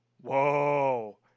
Whoa